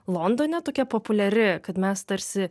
londone tokia populiari kad mes tarsi